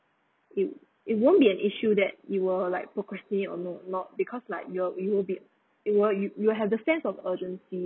it it won't be an issue that you were like procrastinate or no~ not because like you're you'll be it were you you'll have the sense of urgency